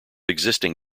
existing